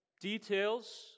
details